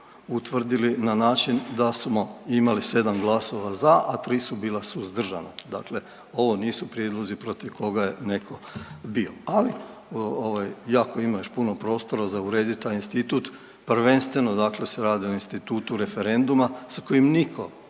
utvrdili na način da smo imali 7 glasova za, a 3 su bila suzdržana. Dakle, ovo nisu prijedlozi protiv koga je netko bio. Ali jako ima još puno prostora za urediti taj institut. Prvenstveno dakle se radi o institutu referenduma sa kojim nitko,